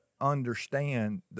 understand